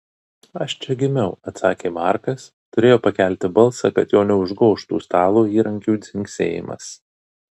aš čia gimiau atsakė markas turėjo pakelti balsą kad jo neužgožtų stalo įrankių dzingsėjimas